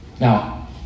Now